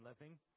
living